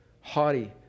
haughty